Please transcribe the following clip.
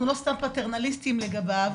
פטרנליסטיים לגביו,